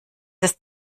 ist